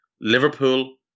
Liverpool